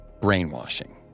brainwashing